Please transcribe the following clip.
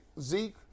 Zeke